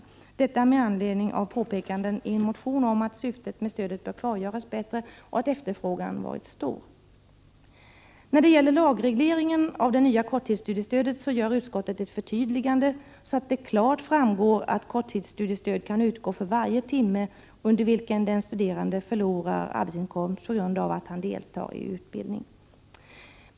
Detta uttalande sker med anledning av påpekanden i en motion om att syftet med stödet bör klargöras bättre och att efterfrågan har varit stor. När det gäller lagregleringen av det nya korttidsstudiestödet gör utskottet ett förtydligande så att det klart framgår att korttidsstudiestöd kan utgå för varje timme under vilken den studerande förlorar arbetsinkomst på grund av att han deltar i utbildning.